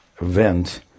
event